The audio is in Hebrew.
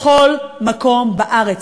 בכל מקום בארץ.